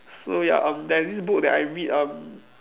so ya um there's this book that I read um